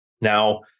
Now